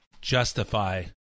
justify